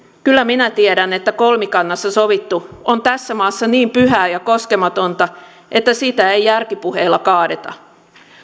kyllä minä tiedän että kolmikannassa sovittu on tässä maassa niin pyhää ja koskematonta että sitä ei järkipuheilla kaadeta